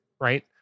right